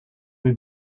the